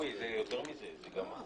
זה יותר מזה, עיסאווי.